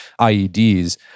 IEDs